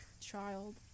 child